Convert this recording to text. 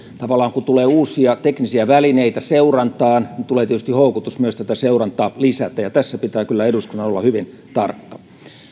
tavallaan kun tulee uusia teknisiä välineitä seurantaan tulee tietysti houkutus myös tätä seurantaa lisätä ja tässä pitää kyllä eduskunnan olla hyvin tarkka